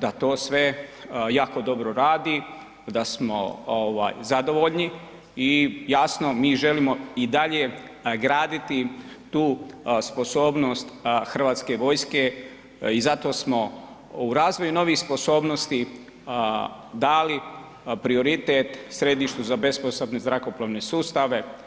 da to sve jako dobro radi, da smo ovaj zadovoljni i jasno mi želimo i dalje graditi tu sposobnost hrvatske vojske i zato smo u razvoju novih sposobnosti dali prioritet središtu za besposadne zrakoplovne sustave.